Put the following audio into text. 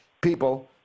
people